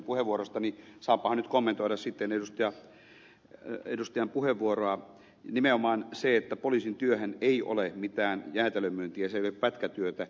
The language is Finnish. saanpahan nyt kommentoida sitten edustajan puheenvuoroa nimenomaan sitä että poliisin työhän ei ole mitään jäätelönmyyntiä se ei ole pätkätyötä